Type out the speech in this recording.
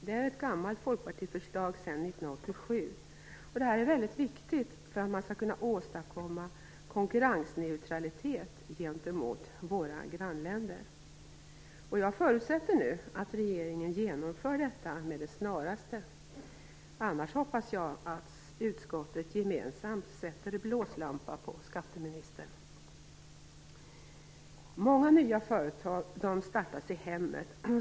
Det är ett gammalt folkpartiförslag sedan 1987. Detta är mycket viktigt för att åstadkomma konkurrensneutralitet gentemot våra grannländer. Jag förutsätter nu att regeringen genomför detta med det snaraste. Annars hoppas jag att utskottet gemensamt sätter blåslampa på skatteministern. Många nya företag startas i hemmet.